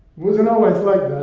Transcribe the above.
wasn't always like that.